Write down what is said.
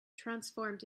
transformed